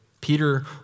Peter